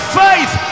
faith